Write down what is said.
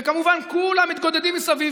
וכמובן כולם מתגודדים מסביב,